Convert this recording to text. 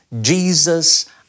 Jesus